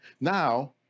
now